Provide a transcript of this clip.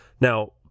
Now